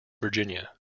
virginia